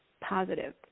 positive